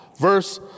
verse